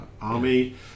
army